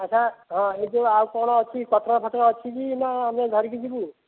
ଆଚ୍ଛା ହଁ ଏହି ଯେଉଁ ଆଉ କ'ଣ ଅଛି ପଟକା ଫଟକା ଅଛି କି ନା ଆମେ ଧରିକି ଯିବୁ